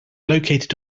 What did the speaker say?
located